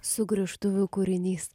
sugrįžtuvių kūrinys